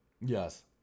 Yes